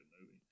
movie